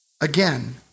Again